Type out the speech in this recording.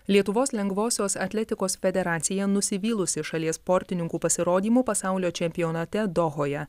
lietuvos lengvosios atletikos federacija nusivylusi šalies sportininkų pasirodymu pasaulio čempionate dohoje